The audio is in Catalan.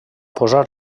posar